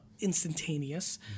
instantaneous